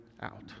out